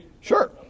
Sure